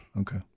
Okay